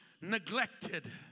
neglected